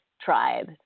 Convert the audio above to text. tribe